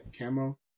camo